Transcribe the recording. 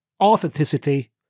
authenticity